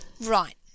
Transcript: right